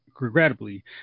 regrettably